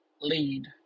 lead